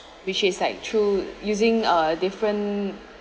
which is like through using a different